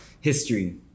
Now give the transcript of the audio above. history